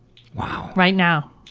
wow. right now.